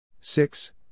six